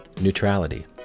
Neutrality